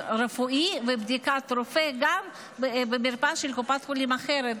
רפואי ובדיקת רופא גם במרפאה של קופת חולים אחרת,